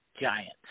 giants